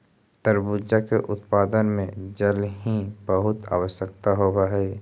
तरबूजा के उत्पादन में जल की बहुत आवश्यकता होवअ हई